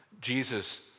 Jesus